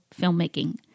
Filmmaking